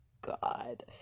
god